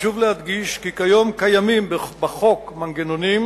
חשוב להדגיש כי כיום קיימים בחוק מנגנונים